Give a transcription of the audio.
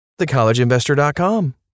thecollegeinvestor.com